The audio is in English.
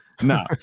No